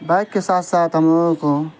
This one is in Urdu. بائک کے ساتھ ساتھ ہم لوگوں کو